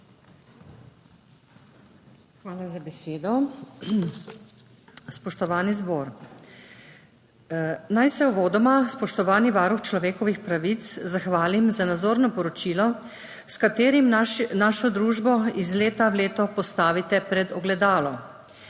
Hvala za besedo. Spoštovani zbor! Naj se uvodoma, spoštovani varuh človekovih pravic, zahvalim za nazorno poročilo, s katerim našo družbo iz leta v leto postavite pred ogledalo,